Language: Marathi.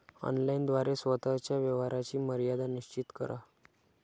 ऑनलाइन द्वारे स्वतः च्या व्यवहाराची मर्यादा निश्चित करा